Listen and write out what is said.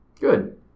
Good